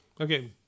Okay